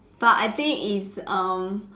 but I think is um